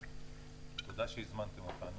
כן, תודה שהזמנתם אותנו.